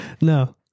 No